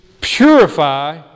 purify